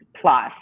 plus